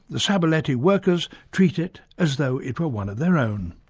the sabuleti workers treat it as though it were one of their own.